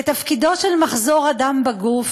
כתפקידו של מחזור הדם בגוף,